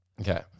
Okay